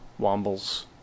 Wombles